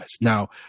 Now